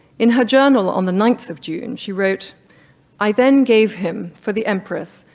in her journal on the ninth of june she wrote i then gave him, for the empress,